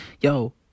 Yo